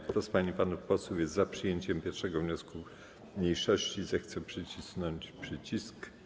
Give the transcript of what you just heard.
Kto z pań i panów posłów jest za przyjęciem 1. wniosku mniejszości, zechce nacisnąć przycisk.